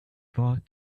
bored